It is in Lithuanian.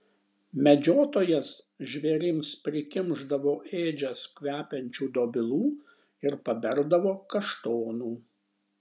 medžiotojas žvėrims prikimšdavo ėdžias kvepiančių dobilų ir paberdavo kaštonų